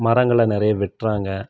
மரங்களை நிறைய வெட்டுறாங்க